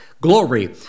Glory